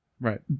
right